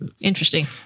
Interesting